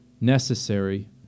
necessary